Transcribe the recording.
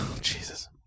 Jesus